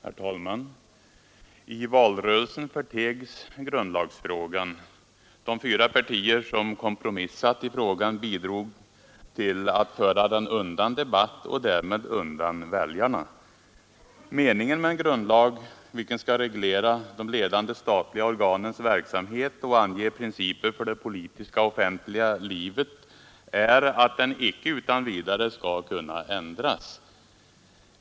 Herr talman! I valrörelsen förtegs grundlagsfrågan. De fyra partier som kompromissat i frågan bidrog till att föra den undan debatt och därmed undan väljarna. Meningen med en grundlag — vilken skall reglera de ledande statliga organens verksamhet och ange principer för det politiska och offentliga livet — är att den icke utan vidare skall kunna ändras.